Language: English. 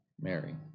Mary